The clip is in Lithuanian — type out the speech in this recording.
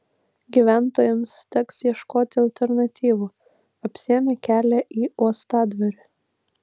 gyventojams teks ieškoti alternatyvų apsėmė kelią į uostadvarį